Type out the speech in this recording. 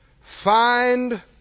find